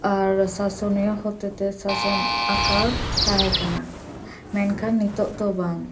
ᱟᱨ ᱥᱟᱥᱚᱱᱤᱭᱟᱹ ᱦᱚᱛᱮᱛᱮ ᱥᱟᱥᱚᱱ ᱟᱠᱟ ᱛᱟᱦᱮᱸ ᱠᱟᱱᱟ ᱢᱮᱱᱠᱷᱟᱱ ᱱᱤᱛᱚᱜ ᱫᱚ ᱵᱟᱝ